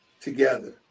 together